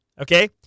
Okay